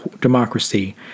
democracy